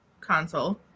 Console